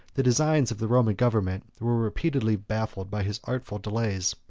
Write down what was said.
the designs of the roman government were repeatedly baffled by his artful delays,